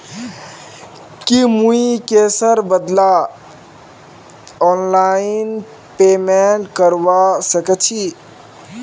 की मुई कैशेर बदला ऑनलाइन पेमेंट करवा सकेछी